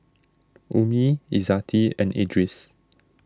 Ummi Izzati and Idris